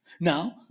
now